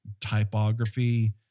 typography